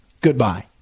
Goodbye